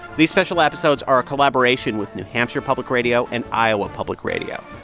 these special episodes are a collaboration with new hampshire public radio and iowa public radio.